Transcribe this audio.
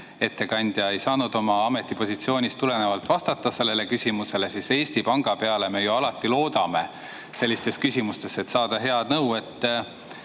ettekandja ei saanud oma ametipositsioonist tulenevalt sellele küsimusele vastata, aga Eesti Panga peale me ju alati loodame sellistes küsimustes, et saada head nõu.